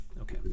Okay